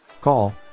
Call